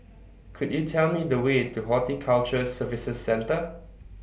Could YOU Tell Me The Way to Horticulture Services Centre